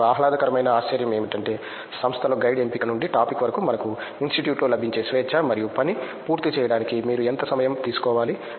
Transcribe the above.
నాకు ఆహ్లాదకరమైన ఆశ్చర్యం ఏమిటంటే సంస్థలో గైడ్ ఎంపిక నుండి టాపిక్ వరకు మనకు ఇన్స్టిట్యూట్లో లభించే స్వేచ్ఛ మరియు పని పూర్తి చేయడానికి మీరు ఎంత సమయం తీసుకోవాలి